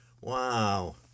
Wow